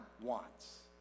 wants